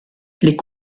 les